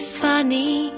funny